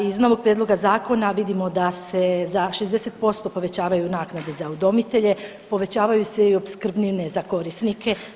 Iz novog prijedloga zakona vidimo da se za 60% povećavaju naknade za udomitelje, povećavaju se i opskrbnine za korisnike.